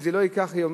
אם זה לא ייקח שבוע,